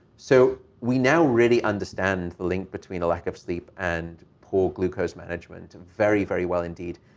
so we now really understand the link between a lack of sleep and poor glucose management, and very very well indeed.